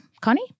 Connie